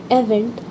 event